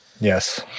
Yes